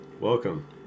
Welcome